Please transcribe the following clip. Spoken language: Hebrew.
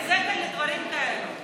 אין זכר לדברים כאלה,